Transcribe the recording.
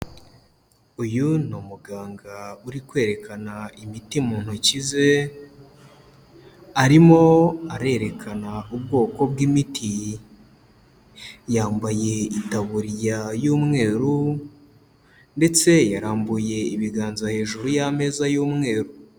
Uyu ni umuganga uri kwerekana imiti mu ntoki ze, arimo arerekana ubwoko bw'imiti, yambaye itaburiya y'umweru ndetse yarambuye ibiganza hejuru y'ameza y'umweru.